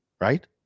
right